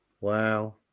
wow